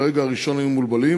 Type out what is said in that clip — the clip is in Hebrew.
ברגע הראשון היו מבולבלים,